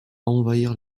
envahir